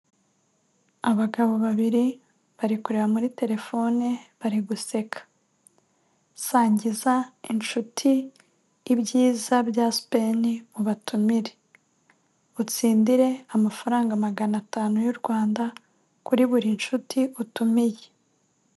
Abagabo babiri, bari kureba muri terefone, bari guseka. Sangiza inshuti, ibyiza bya sipeni, ubatumire. Utsindire amafaranga magana atanu y'u Rwanda kuri buri nshuti utumiye.